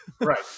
Right